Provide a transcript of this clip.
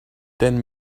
ten